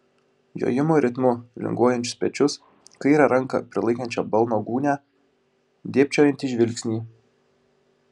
jojimo ritmu linguojančius pečius kairę ranką prilaikančią balno gūnią dėbčiojantį žvilgsnį